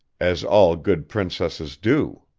as all good princesses do.